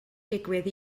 digwydd